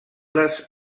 les